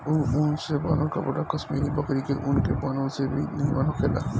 ए ऊन से बनल कपड़ा कश्मीरी बकरी के ऊन के बनल से भी निमन होखेला